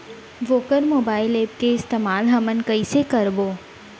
वोकर mobile app के इस्तेमाल हमन कइसे करबो?